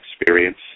experience